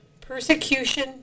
Persecution